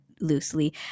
loosely